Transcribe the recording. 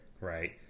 Right